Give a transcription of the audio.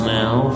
now